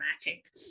dramatic